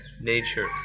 nature